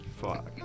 Fuck